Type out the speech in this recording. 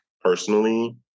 personally